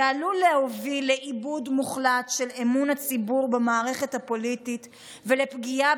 זה עלול להוביל לאיבוד מוחלט של אמון הציבור במערכת הפוליטית ולפגיעה